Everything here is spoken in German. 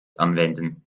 anwenden